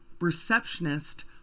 receptionist